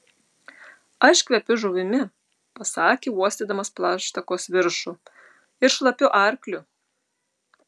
aš kvepiu žuvimi pasakė uostydamas plaštakos viršų ir šlapiu arkliu